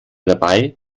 dabei